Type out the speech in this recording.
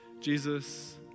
Jesus